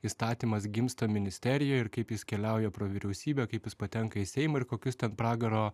įstatymas gimsta ministerijoj ir kaip jis keliauja pro vyriausybę kaip jis patenka į seimą ir kokius ten pragaro